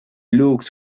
looked